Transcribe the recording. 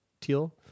teal